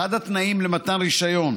אחד התנאים למתן רישיון